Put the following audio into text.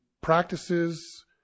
practices